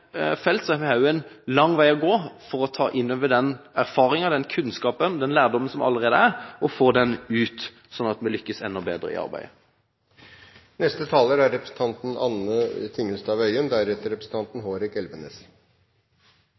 har vi en lang vei å gå for å hente inn den erfaringen, den kunnskapen, den lærdommen som allerede finnes, og få den ut, så vi lykkes enda bedre i